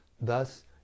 Thus